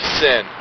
sin